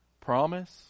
promise